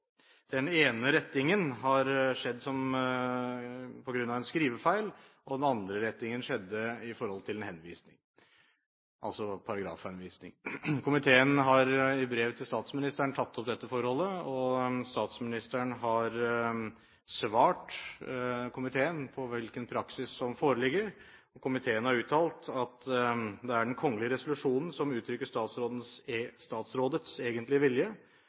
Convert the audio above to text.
Den ene rettingen har skjedd på grunn av en skrivefeil, og den andre rettingen skjedde i forhold til en paragrafhenvisning. Komiteen har i brev til statsministeren tatt opp dette forholdet. Statsministeren har svart komiteen hvilken praksis som foreligger. Komiteen har uttalt at det er den kgl. resolusjonen som uttrykker statsrådets egentlige vilje,